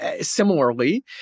similarly